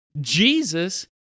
Jesus